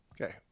Okay